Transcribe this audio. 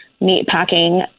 meatpacking